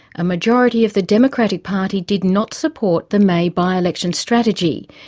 a majority of the democratic party did not support the may by-election strategy,